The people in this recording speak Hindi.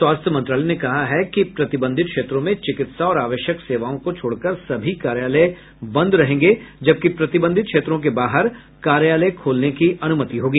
स्वास्थ्य मंत्रालय ने कहा कि प्रतिबंधित क्षेत्रों में चिकित्सा और आवश्यक सेवाओं को छोड़कर सभी कार्यालय बंद रहेंगे जबकि प्रतिबंधित क्षेत्रों के बाहर कार्यालय खोलने की अनुमति होगी